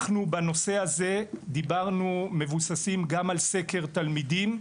בנושא הזה אנחנו מבוססים גם על סקר תלמידים,